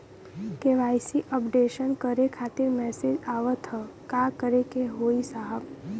KYC updation करें खातिर message आवत ह का करे के होई साहब?